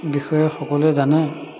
বিষয়ে সকলোৱে জানে